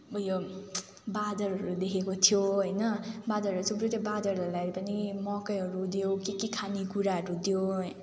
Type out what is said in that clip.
उयो बाँदरहरू देखेको थियो होइन बाँदरहरू चाहिँ दुईवटा बाँदरहरूलाई पनि मकैहरू दियौँ के के खाने कुराहरू दियौँ होइन